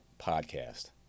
podcast